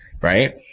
right